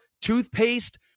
toothpaste